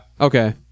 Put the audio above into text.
Okay